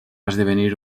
esdevenir